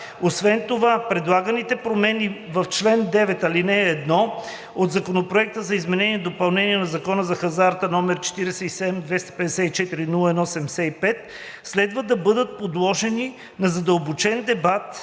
Освен това предлаганите промени в чл. 9, ал. 1 от Законопроект за изменение и допълнение на Закона за хазарта, № 47-254-01-75, следва да бъдат подложени на задълбочен дебат